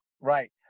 right